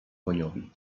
koniowi